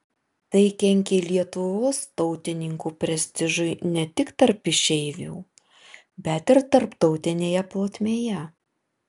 tai kenkė lietuvos tautininkų prestižui ne tik tarp išeivių bet ir tarptautinėje plotmėje